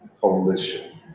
coalition